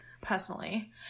personally